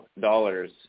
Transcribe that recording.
dollars